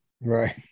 Right